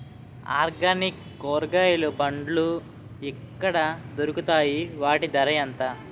Organic కూరగాయలు పండ్లు ఎక్కడ దొరుకుతాయి? వాటి ధర ఎంత?